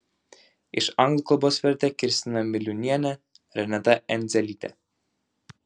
iš anglų kalbos vertė kristina miliūnienė renata endzelytė